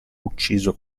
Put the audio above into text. ucciso